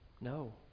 No